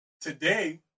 Today